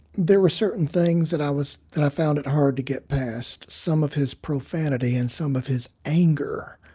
there were certain things that i was that i found it hard to get past, some of his profanity and some of his anger.